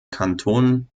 kanton